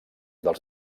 dels